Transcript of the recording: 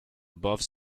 above